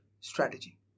strategy